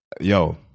yo